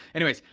anyways,